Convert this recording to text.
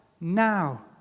now